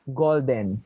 golden